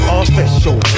official